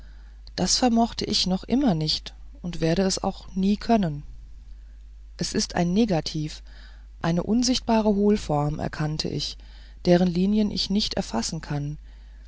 das vermochte ich noch immer nicht und werde es auch nie können es ist wie ein negativ eine unsichtbare hohlform erkannte ich deren linien ich nicht erfassen kann